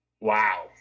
wow